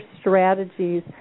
strategies